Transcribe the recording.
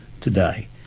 today